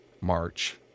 march